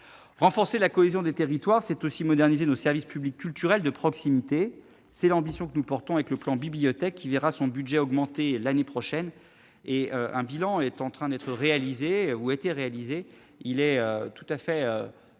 Renforcer la cohésion des territoires, c'est aussi moderniser nos services publics culturels de proximité. Telle est l'ambition que nous portons avec le plan Bibliothèques, dont le budget augmentera l'année prochaine. Le bilan qui est en train d'être réalisé est tout à fait